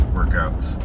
workouts